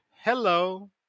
hello